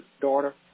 daughter